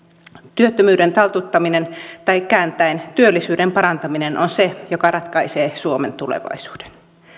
työttömyyden taltuttaminen tai kääntäen työllisyyden parantaminen on se mikä ratkaisee suomen tulevaisuuden